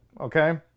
Okay